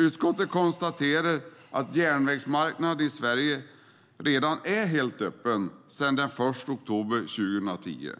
Utskottet konstaterar att järnvägsmarknaden i Sverige redan är helt öppen sedan den 1 oktober 2010,